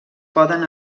poden